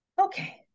okay